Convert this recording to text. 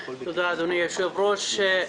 תודה, אדוני היושב-ראש.